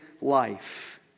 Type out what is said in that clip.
life